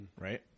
Right